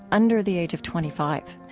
under the age of twenty five.